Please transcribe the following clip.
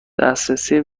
دسترسی